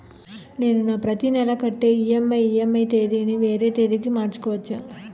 నేను నా ప్రతి నెల కట్టే ఈ.ఎం.ఐ ఈ.ఎం.ఐ తేదీ ని వేరే తేదీ కి మార్చుకోవచ్చా?